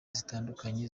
zitandukanye